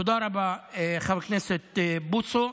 תודה רבה, חבר הכנסת בוסו.